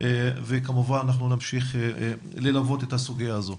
וכמובן אנחנו נמשיך ללוות את הסוגיה הזאת.